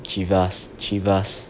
Chivas Chivas